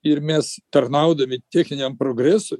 ir mes tarnaudami techniniam progresui